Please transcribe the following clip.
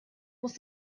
muss